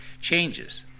changes